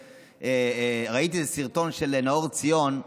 ראיתי סרטון של נאור ציון,